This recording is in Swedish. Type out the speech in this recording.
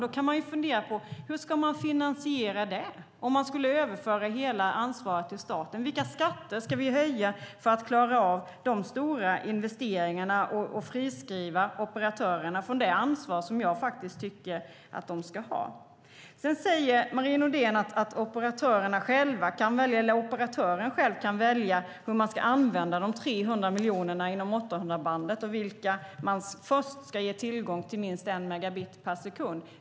Då kan man fundera på: Hur ska man finansiera det? Om man skulle överföra hela ansvaret till staten, vilka skatter ska vi då höja för att klara av de stora investeringarna och friskriva operatörerna från det ansvar som jag tycker att de faktiskt ska ha? Sedan säger Marie Nordén att operatören själv kan välja hur man ska använda de 300 miljonerna inom 800-bandet och vilka man ska först ska ge tillgång till minst en megabit per sekund.